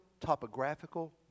topographical